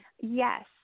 Yes